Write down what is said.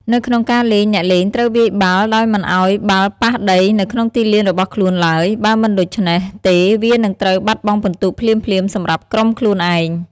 នៅក្នុងការលេង អ្នកលេងត្រូវវាយបាល់ដោយមិនឲ្យបាល់ប៉ះដីនៅក្នុងទីលានរបស់ខ្លួនឡើយ បើមិនដូច្នេះទេវានឹងត្រូវបាត់បង់ពិន្ទុភ្លាមៗសម្រាប់ក្រុមខ្លួនឯង។